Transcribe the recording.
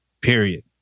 Period